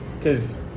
cause